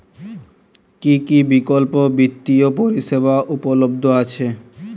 কী কী বিকল্প বিত্তীয় পরিষেবা উপলব্ধ আছে?